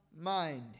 mind